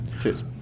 Cheers